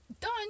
Done